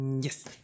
Yes